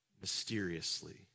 mysteriously